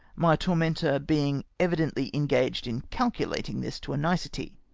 my tormentor being evidently engaged in calculating this to a nicety.